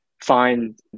find